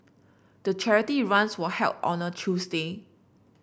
the charity run was held on a Tuesday